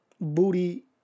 booty